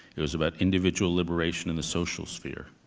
it was about individual liberation in the social sphere.